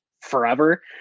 forever